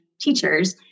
teachers